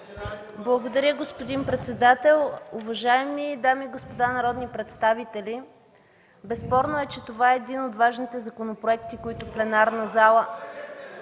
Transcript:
Благодаря, господин председател. Уважаеми дами и господа народни представители! Безспорно е, че това е един от важните законопроекти, които пленарната зала...